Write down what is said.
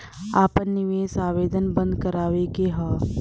आपन निवेश आवेदन बन्द करावे के हौ?